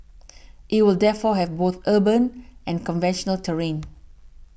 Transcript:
it will therefore have both urban and conventional terrain